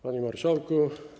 Panie Marszałku!